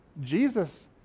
Jesus